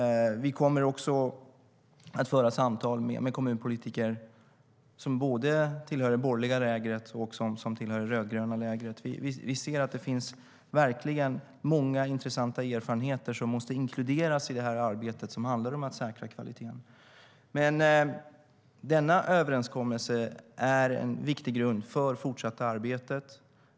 Vi kommer också att föra samtal med kommunpolitiker både i det borgerliga lägret och i det rödgröna lägret. Vi ser att det verkligen finns många intressanta erfarenheter som måste inkluderas i det arbete som handlar om att säkra kvaliteten. Denna överenskommelse är en viktig grund för det fortsatta arbetet.